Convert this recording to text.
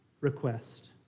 request